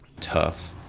tough